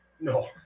No